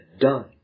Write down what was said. done